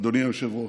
אדוני היושב-ראש,